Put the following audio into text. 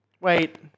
wait